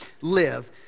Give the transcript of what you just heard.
live